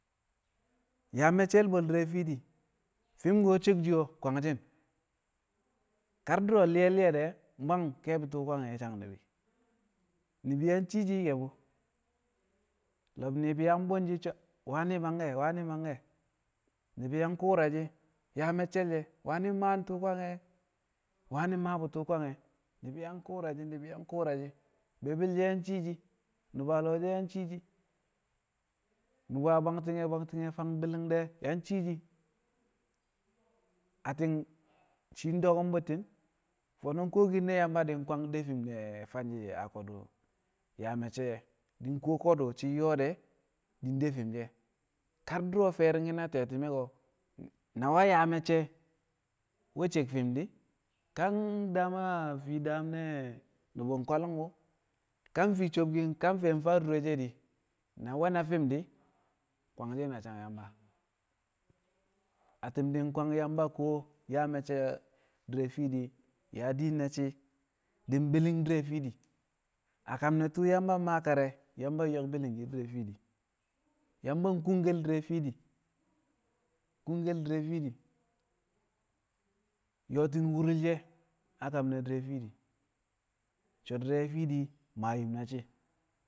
Yaa me̱cce̱l bwe̱l di̱re̱ fiidi kwangshi̱n kar du̱ro̱ nli̱ye̱ li̱ye̱ de̱ bwang ke̱e̱bi̱ tu̱u̱ kwange̱ a sang ni̱bi̱. ni̱bi̱ yang cii shi̱ ke̱ bu lo̱b ni̱bi̱ yang bu̱n shi̱ so̱ wani̱ mangke̱ wani̱ mangke̱ ni̱bi̱ yang ku̱u̱ra shi̱ yaa me̱cce̱l she̱ wani̱ mmaa tu̱u̱ kwange̱ wani̱ mmaa bu̱ tu̱u̱ kwange̱ ni̱bi̱ yang ku̱u̱ra shi̱ ni̱bi̱ yang ku̱u̱ra shi̱ be̱e̱bi̱l she̱ yang cii shi̱ nu̱ba lo̱o̱ she̱ yang cii shi̱ nu̱ba bwangti̱nge̱ bwangti̱nge̱ fang bi̱li̱ng de̱ yang cii shi̱. Atti̱n shii dokum bu̱tti̱n fo̱no̱ kuwokin ne̱ Yamba di̱ kwang di̱ de fi̱m ne̱ fanshe̱ a ko̱du̱ yaa me̱cce̱ di̱ kuwo ko̱du̱ shi̱ yo̱o̱ de̱ shi̱ de fi̱m she̱ kar du̱ro̱ fe̱ri̱ngki̱n a te̱ti̱me̱ ko̱ na we̱ yaa me̱cce̱ we̱ cek fi̱m di̱ ka daam a fii daam ne̱ nu̱bu̱ ko̱lu̱ngbu̱ ka fii sobkin ka fe̱ mfaa dure she̱ di̱ na we̱ na fi̱m di̱ kwangshi̱n sang Yamba. Atti̱n di̱ kwang Yamba kuwo yaa me̱cce̱ di̱re̱ fiidi yaa diin na shi̱ di̱ bi̱li̱ng di̱re̱ fiidi a kam tu̱u̱ Yamba mmaa kar re̱ Yamba yo̱k bi̱li̱ngshi̱ di̱re̱ fiidi, Yamba kungkel di̱re̱ fiidi kungkel di̱re̱ fiidi yo̱o̱ti̱n wu̱ri̱l she̱ a kam ne̱ di̱re̱ fiidi so̱ di̱re̱ fiidi maa yim na shi̱.